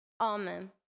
Amen